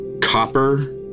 copper